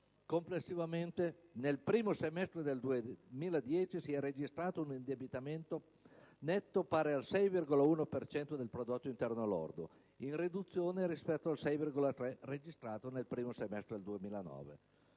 Complessivamente, nel primo semestre del 2010 si è registrato un indebitamento netto pari al 6,1 per cento del prodotto interno lordo, in riduzione rispetto al valore del 6,3 registrato nel primo semestre del 2009.